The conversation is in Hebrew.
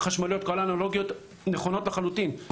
האופניים החשמליים וכל האנלוגיות נכונות לחלוטין,